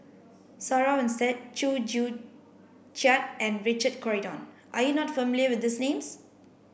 Sarah Winstedt Chew Joo Chiat and Richard Corridon are you not familiar with these names